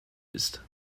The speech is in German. ist